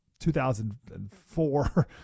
2004